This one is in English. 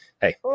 hey